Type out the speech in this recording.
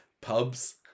pubs